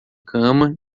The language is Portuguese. cama